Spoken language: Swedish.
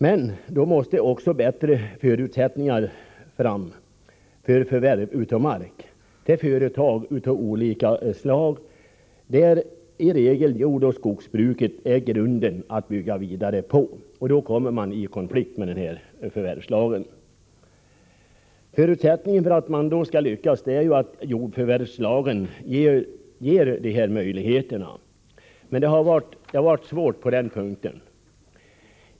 Men då måste bättre förutsättningar komma till stånd för förvärv av mark till företag av olika slag, där jordoch skogsbruket i regel är grunden att bygga vidare på. Det är då man kommer i konflikt med den här förvärvslagen. Förutsättningen för att man skall lyckas är att jordförvärvslagen ger dessa möjligheter. Det har varit svårt på den punkten.